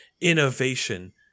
innovation